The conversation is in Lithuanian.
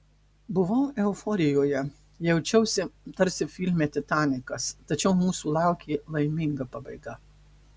buvau euforijoje jaučiausi tarsi filme titanikas tačiau mūsų laukė laiminga pabaiga